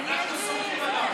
אדוני היושב-ראש.